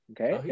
Okay